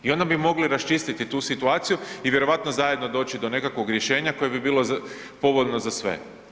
I onda bi mogli raščistiti tu situaciju i vjerojatno zajedno doći do nekakvog rješenja koje bi bilo povoljno za sve.